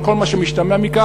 על כל מה שמשתמע מכך,